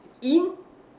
in